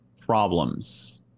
problems